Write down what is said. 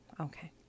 Okay